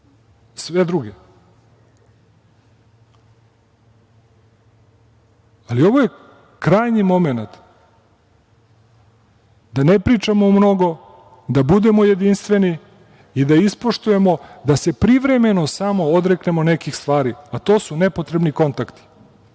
sve druge. Ovo je krajnji momenat da ne pričamo mnogo, da budemo jedinstveni i da ispoštujemo da se privremeno samo odreknemo nekih stvari, a to su nepotrebni kontakti.